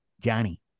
johnny